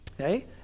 Okay